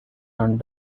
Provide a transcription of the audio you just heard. and